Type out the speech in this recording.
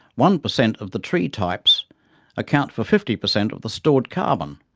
one percent of the tree types account for fifty percent of the stored carbon.